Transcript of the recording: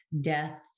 death